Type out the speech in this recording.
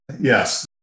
Yes